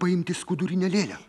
paimti skudurinę lėlę